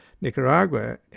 Nicaragua